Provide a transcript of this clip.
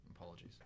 Apologies